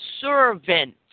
servant